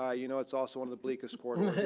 ah you know it's also one of the bleakest corridors